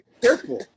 careful